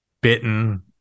bitten